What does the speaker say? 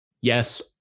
yes